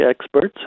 experts